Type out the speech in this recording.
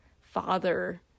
father